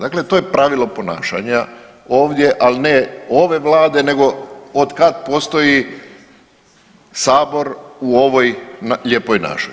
Dakle to je pravilo ponašanje ovdje, ali ne ove vlade nego od kad postoji sabor u ovoj lijepoj našoj.